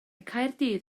caerdydd